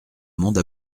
monde